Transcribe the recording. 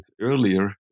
earlier